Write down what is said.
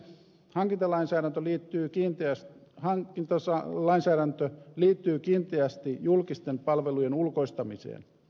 hankintalainsäädäntö liittyy kiinteästi hankintansa on lainsäädäntö liittyy kiinteästi julkisten palvelujen ulkoistamiseen